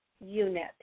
unit